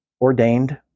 ordained